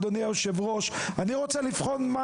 אדוני היושב ראש אני רוצה לבחון מה